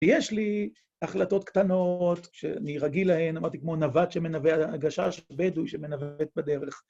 ‫יש לי החלטות קטנות ‫שאני רגיל להן, ‫אמרתי, כמו נווט שמנווט, ‫הגשש הבדואי שמנווט בדרך.